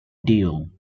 deal